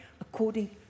according